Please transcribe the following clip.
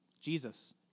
Jesus